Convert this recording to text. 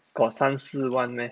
got 三四万 meh